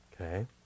Okay